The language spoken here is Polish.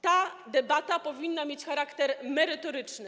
Ta debata powinna mieć charakter merytoryczny.